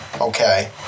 okay